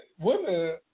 women